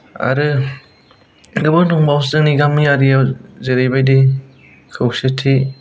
आरो गोबां दंबावो जोंनि गामियारियाव जेरैबायदि खौसेथि